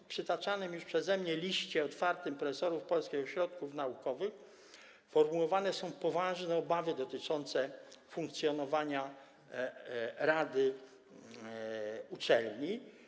W przytaczanym już przeze mnie liście otwartym profesorów polskich ośrodków naukowych formułowane są poważne obawy dotyczące funkcjonowania rady uczelni.